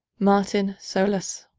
martin solus.